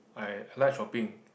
I I like shopping